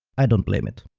i don't blame it.